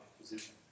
position